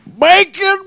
Bacon